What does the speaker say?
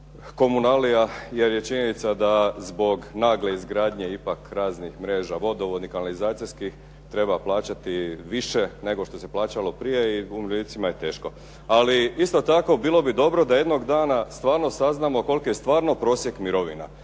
komunalija jer je činjenica da zbog nagle izgradnje ipak raznih mreža vodovodnih i kanalizacijskih treba plaćati više nego što se plaćalo prije i umirovljenicima je teško. Ali isto tako bilo bi dobro da jednog dana stvarno saznamo koliki je stvarno prosjek mirovina,